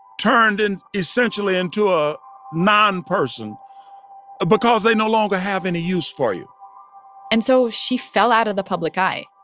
turned and essentially into a non-person because they no longer have any use for you and so she fell out of the public eye.